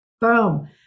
Boom